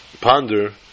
ponder